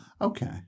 Okay